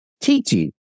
teaching